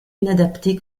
inadapté